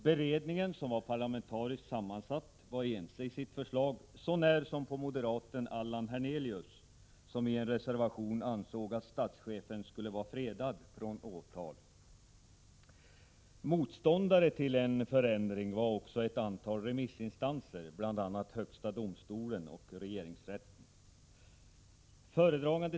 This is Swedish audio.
Beredningen, som var parlamentariskt sammansatt, var ense i sitt förslag, så när som moderaten Allan Hernelius, som i en reservation ansåg att statschefen skulle vara fredad från åtal. Motståndare till en förändring var också ett antal remissinstanser, bl.a. högsta domstolen och regeringsrätten.